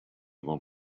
will